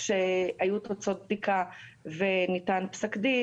כשהיו תוצאות בדיקה וניתן פסק דין,